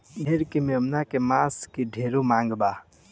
भेड़ के मेमना के मांस के ढेरे मांग बा